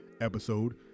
episode